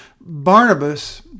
Barnabas